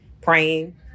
praying